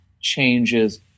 changes